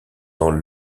dans